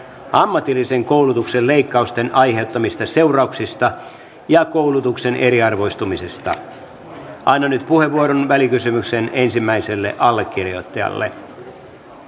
ammatillisen koulutuksen leikkausten aiheuttamista seurauksista ja koulutuksen eriarvoistumisesta annan nyt puheenvuoron välikysymyksen ensimmäiselle allekirjoittajalle